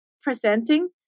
presenting